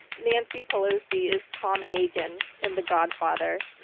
nancy pelosi is tom hagen in the godfather.